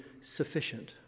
sufficient